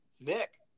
nick